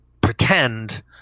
pretend